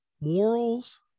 morals